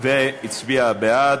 והיא הצביעה בעד.